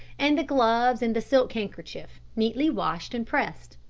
and the gloves and the silk handkerchief, neatly washed and pressed.